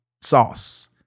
sauce